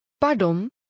Pardon